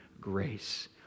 grace